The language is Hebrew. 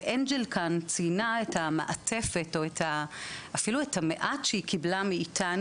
אנג'ל ציינה את המעטפת או אפילו את המעט שהיא קיבלה מאיתנו.